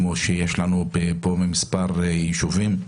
כמו שיש פה במספר יישובים,